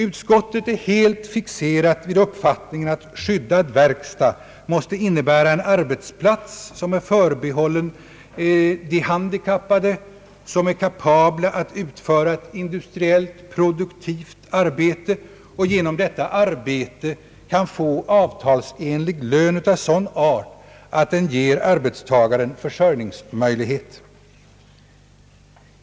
Utskottet är helt fixerat vid uppfattningen att skyddad verkstad måste innebära en arbetsplats som är förbehållen de handikappade vilka är kapabla att utföra ett industriellt produktivt arbete och genom detta arbete kan få avtalsenlig lön av sådan art att den ger arbetstagaren försörjningsmöjlighet.